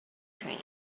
train